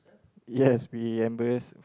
yes we embarrass